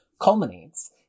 culminates